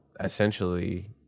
essentially